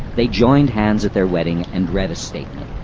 they joined hands at their wedding and read a statement